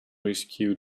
rescue